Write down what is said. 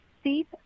Steve